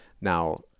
now